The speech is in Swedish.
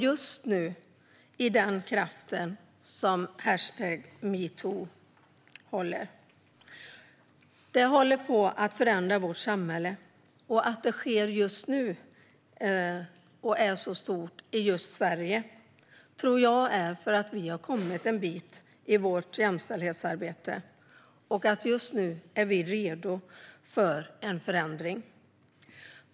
Just nu är det kraften i #metoo som håller på att förändra vårt samhälle. Att det sker just nu och är så stort i just Sverige tror jag beror på att vi har kommit en bit i vårt jämställdhetsarbete och att vi just nu är redo för en förändring.